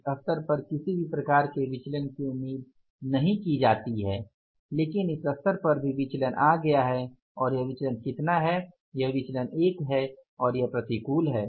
इस स्तर पर किसी भी प्रकार के विचलन की उम्मीद नहीं की जाती है लेकिन इस स्तर पर विचलन आ गया है और यह विचलन कितना है यह विचलन 1 है और यह प्रतिकूल है